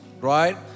right